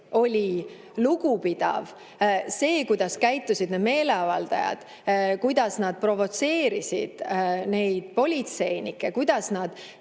oli lugupidav. See, kuidas käitusid meeleavaldajad, kuidas nad provotseerisid politseinikke, kuidas nad